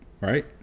Right